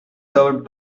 served